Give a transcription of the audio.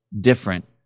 different